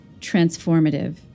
transformative